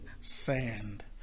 sand